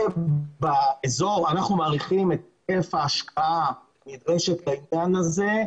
ואנחנו מעריכים את היקף ההשקעה הנדרשת לעניין הזה,